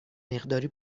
مقداری